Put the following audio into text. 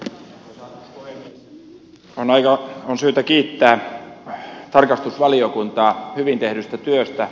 on syytä kiittää tarkastusvaliokuntaa hyvin tehdystä työstä